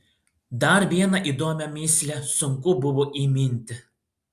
dar vieną įdomią mįslę sunku buvo įminti